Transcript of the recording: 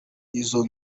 izo